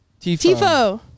Tifo